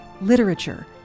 literature